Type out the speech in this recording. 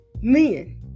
men